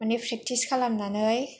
practice खालामनानै